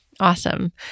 Awesome